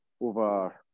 over